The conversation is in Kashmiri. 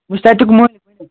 بہٕ چھُس تَتیُک مٲلِک ؤنِو